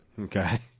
Okay